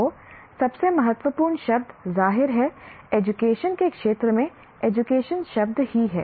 तो सबसे महत्वपूर्ण शब्द जाहिर है एजुकेशन के क्षेत्र में एजुकेशन शब्द ही है